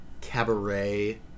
Cabaret